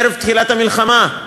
ערב תחילת המלחמה: